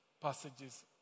passages